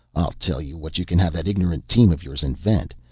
i'll tell you what you can have that ignorant team of yours invent.